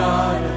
God